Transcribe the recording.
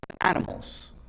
animals